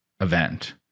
event